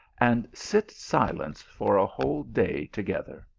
and sit silent for a whole day together.